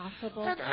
possible